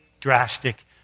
drastic